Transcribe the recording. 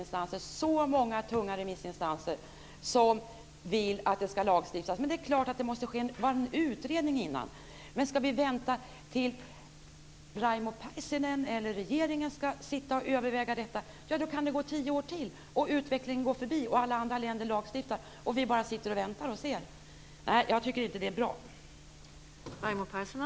Det är så många tunga remissinstanser som vill att det ska lagstiftas. Men det är klart att det måste göras en utredning innan. Men ska vi vänta tills Raimo Pärssinen eller regeringen överväger detta kan det gå tio år till. Utvecklingen går förbi, alla andra länder lagstiftar och vi bara sitter och väntar och ser. Nej, jag tycker inte att det är bra.